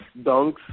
dunks